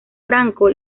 franco